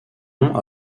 nom